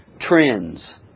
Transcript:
trends